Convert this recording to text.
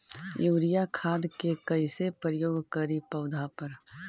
Urea खाद के कैसे प्रयोग करि पौधा पर?